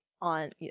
On